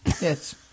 Yes